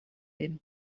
him